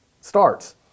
starts